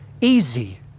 easy